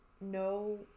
no